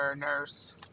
nurse